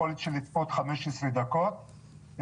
לצפות 15 דקות.